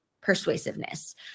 persuasiveness